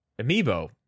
Amiibo